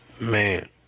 man